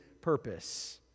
purpose